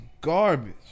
garbage